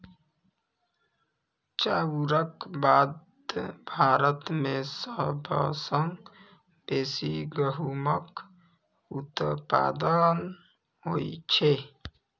चाउरक बाद भारत मे सबसं बेसी गहूमक उत्पादन होइ छै